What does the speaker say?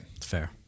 Fair